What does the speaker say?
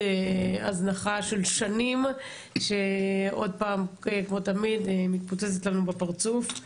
הזנחה של שנים שעוד פעם כמו תמיד מקוצצת לנו בפרצוף,